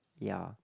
ya